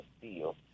feel